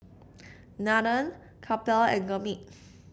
Nathan Kapil and Gurmeet